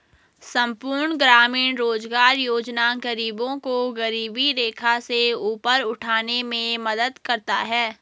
संपूर्ण ग्रामीण रोजगार योजना गरीबों को गरीबी रेखा से ऊपर उठाने में मदद करता है